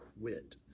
quit